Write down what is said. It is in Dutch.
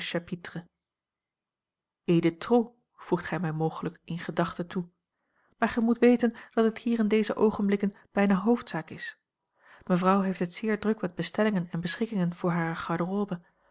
voegt gij mij mogelijk in gedachte toe maar gij moet weten dat het hier in deze oogenblikken bijna hoofdzaak is mevrouw heeft het zeer druk met bestellingen en beschikkingen voor hare garde robe